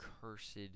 cursed